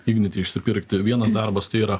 ignitį išsipirkti vienas darbas tai yra